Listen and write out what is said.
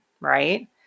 right